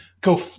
Go